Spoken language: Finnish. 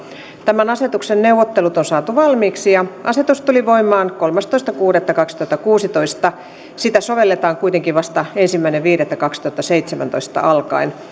tämän asetuksen neuvottelut on saatu valmiiksi ja asetus tuli voimaan kolmastoista kuudetta kaksituhattakuusitoista sitä sovelletaan kuitenkin vasta ensimmäinen viidettä kaksituhattaseitsemäntoista alkaen